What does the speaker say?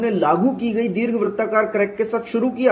हमने लागू की गई दीर्घवृत्ताकार क्रैक के साथ शुरु किया